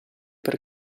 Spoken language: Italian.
per